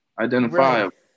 identifiable